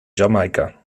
jamaika